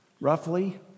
roughly